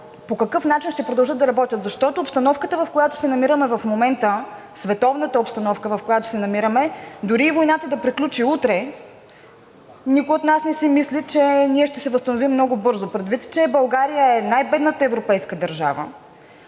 по какъв начин ще продължат да работят? Защото обстановката, в която се намираме в момента, световната обстановка, в която се намираме, дори войната да приключи утре, никой от нас не си мисли, че ние ще се възстановим много бързо. Предвид че България е най-бедната европейска държава,